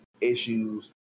issues